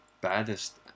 baddest